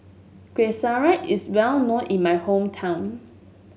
Kuih Syara is well known in my hometown